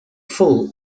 full